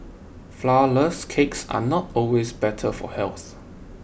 Flourless Cakes are not always better for health